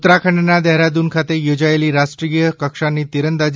ઉત્તરાખંડના દહેરાદુન ખાતે યોજાયેલી રાષ્ટ્રીય કક્ષાની તીરંદાજી